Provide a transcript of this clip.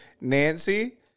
Nancy